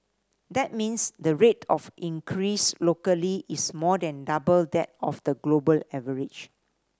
that means the rate of increase locally is more than double that of the global average